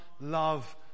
love